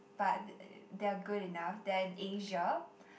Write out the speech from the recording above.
but th~ they are good enough they are in Asia